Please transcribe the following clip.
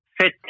fit